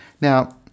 Now